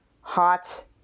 hot